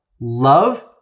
love